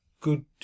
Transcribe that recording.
good